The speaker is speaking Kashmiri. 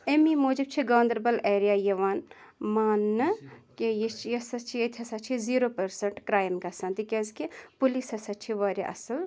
ایٚمی موٗجوٗب چھِ گاندَربَل ایریا یِوان ماننہٕ کہِ یہِ چھِ یہِ ہَسا چھِ ییٚتہِ ہَسا چھِ زیٖرو پٔرسَنٛٹ کرٛایم گژھان تِکیٛازِکہِ پُلیٖس ہَسا چھِ واریاہ اَصٕل